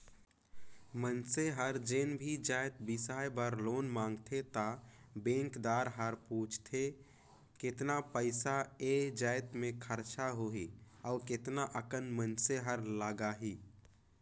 मइनसे हर जेन भी जाएत बिसाए बर लोन मांगथे त बेंकदार हर पूछथे केतना पइसा ए जाएत में खरचा होही अउ केतना अकन मइनसे हर लगाही